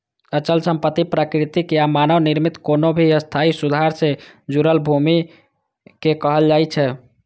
अचल संपत्ति प्राकृतिक या मानव निर्मित कोनो भी स्थायी सुधार सं जुड़ल भूमि कें कहल जाइ छै